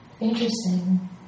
Interesting